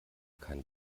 kein